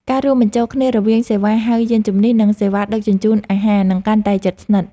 ការរួមបញ្ចូលគ្នារវាងសេវាហៅយានជំនិះ និងសេវាដឹកជញ្ជូនអាហារ នឹងកាន់តែជិតស្និទ្ធ។